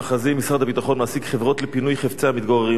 משרד הביטחון מעסיק חברות לפינוי חפצי המתגוררים בבתים.